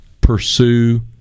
pursue